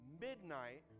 midnight